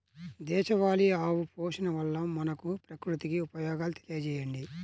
దేశవాళీ ఆవు పోషణ వల్ల మనకు, ప్రకృతికి ఉపయోగాలు తెలియచేయండి?